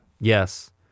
Yes